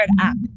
app